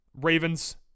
Ravens